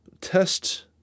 test